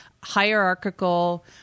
hierarchical